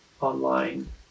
online